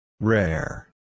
Rare